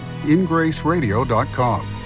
ingraceradio.com